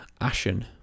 ashen